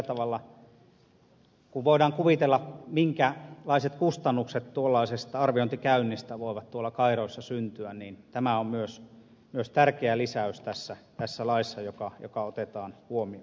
kun voidaan kuvitella minkälaiset kustannukset tuollaisesta arviointikäynnistä voivat tuolla kairoissa syntyä niin tämä on myös tässä laissa tärkeä lisäys joka otetaan huomioon